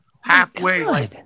halfway